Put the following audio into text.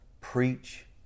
Preach